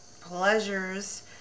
pleasures